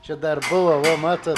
čia dar buvo va matot